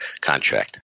contract